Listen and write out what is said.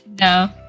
no